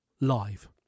live